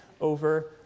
over